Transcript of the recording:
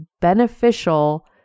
beneficial